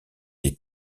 des